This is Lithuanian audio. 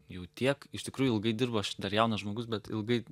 jau tiek iš tikrųjų ilgai dirbu aš dar jaunas žmogus bet ilgai